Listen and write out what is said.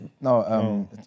No